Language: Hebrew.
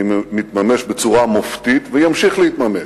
מתממש בצורה מופתית וימשיך להתממש.